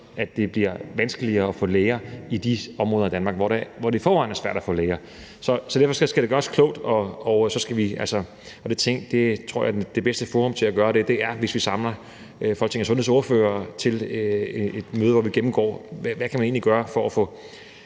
at det bliver vanskeligere for læger i de områder i Danmark, hvor det i forvejen er svært at få læger. Så derfor skal det gøres klogt, og der tror jeg det bedste forum til at gøre det i er, hvis vi samler Folketingets sundhedsordførere til et møde, hvor vi gennemgår, hvad man egentlig kan gøre for at få